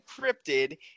encrypted